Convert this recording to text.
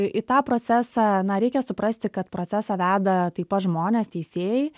į tą procesą na reikia suprasti kad procesą veda taip pat žmonės teisėjai